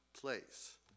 place